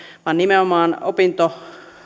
vaan nimenomaan opintojen